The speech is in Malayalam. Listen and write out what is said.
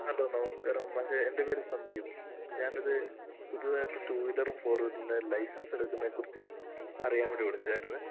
ഹലോ നമസ്കാരം മാഷെ എൻ്റെ പേര് സന്ദീപ് ഞാനൊരു പുതിയതായിട്ട് ടു വീലറും ഫോർ വീലറിന്റെയും ലൈസൻസ് എടുക്കുന്നതിനെക്കുറിച്ച് അറിയാൻ വേണ്ടി വിളിച്ചതായിരുന്നു